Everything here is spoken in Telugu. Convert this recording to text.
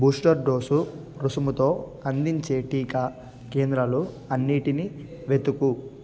బూస్టర్ డోసు రుసుముతో అందించే టీకా కేంద్రాలు అన్నిటినీ వెతుకు